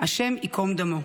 השם יקום דמו.